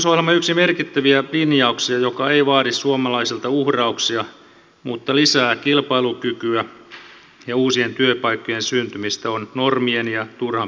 hallitusohjelman yksi merkittäviä linjauksia joka ei vaadi suomalaisilta uhrauksia mutta lisää kilpailukykyä ja uusien työpaikkojen syntymistä on normien ja turhan byrokratian purkaminen